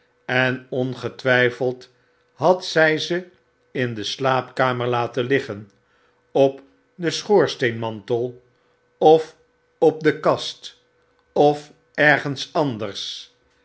en ongetwyfeld had zy ze in de slaapkamer laten liggen op den schoorsteenmantel of op de kast of ergens anders